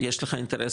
יש לך אינטרס,